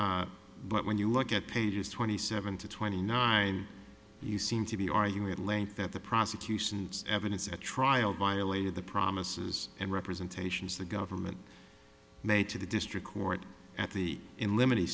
yes but when you look at pages twenty seven to twenty nine you seem to be arguing at length that the prosecution's evidence at trial violated the promises and representations the government made to the district court at the in limited